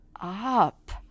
up